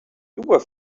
were